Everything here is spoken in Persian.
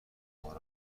آنها